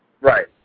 Right